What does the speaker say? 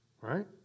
right